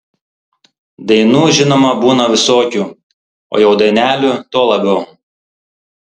dainų žinoma būna visokių o jau dainelių tuo labiau